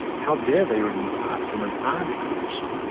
how dare they remove art from an art exhibition?